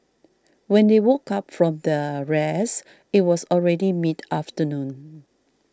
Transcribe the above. when they woke up from their rest it was already mid afternoon